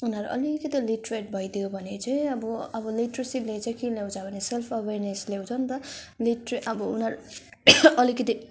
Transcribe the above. उनीहरू अलिकति लिट्रेट भइदियो भने चाहिँ अब लिट्रेसीले चाहिँ के ल्याउँछ भने चाहिँ सेल्फ अवेरनेस ल्याउँछ नि त अब उनीहरू अलिकति